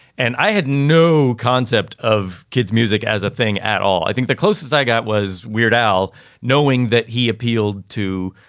and i had no concept of kids' music as a thing at all. i think the closest i got was weird al knowing that he appealed to,